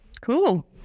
cool